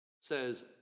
says